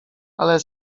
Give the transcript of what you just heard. ale